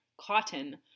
cotton